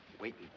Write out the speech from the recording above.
Waiting